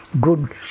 good